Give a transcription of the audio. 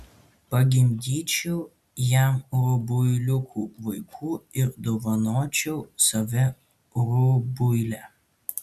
pagimdyčiau jam rubuiliukų vaikų ir dovanočiau save rubuilę